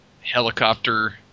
helicopter